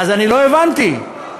לא אמרתי,